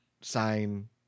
sign